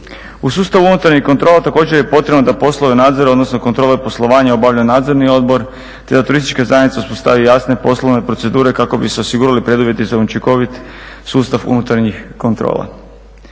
U sustavu unutarnjih kontrola također je potrebno da poslove nadzora odnosno kontrole poslovanja obavlja Nadzorni odbor te da turistička zajednica uspostavi jasne poslovne procedure kako bi se osigurali preduvjeti za učinkovit sustav unutarnjih kontrola.